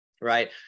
right